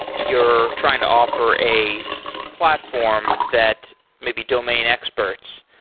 you're trying to offer a platform that may be domain experts,